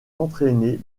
entraîné